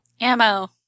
Ammo